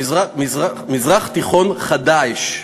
מזרח תיכון "חדאעש".